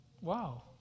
wow